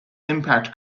impact